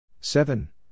seven